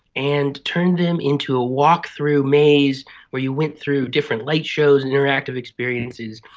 and turned them into a walkthrough maze where you went through different light shows and interactive experiences,